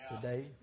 today